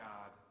God